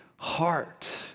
heart